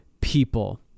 people